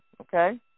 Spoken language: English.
okay